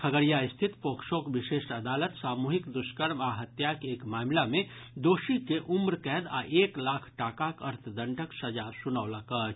खगड़िया स्थित पोक्सोक विशेष अदालत सामूहिक दुष्कर्म आ हत्याक एक मामिला मे दोषी के उम्र कैद आ एक लाख टाकाक अर्थदंडक सजा सुनौलक अछि